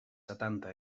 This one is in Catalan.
setanta